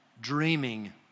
dreaming